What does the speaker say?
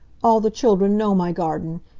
all the children know my garden.